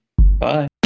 Bye